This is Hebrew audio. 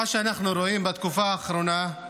מה שאנחנו רואים בתקופה האחרונה היא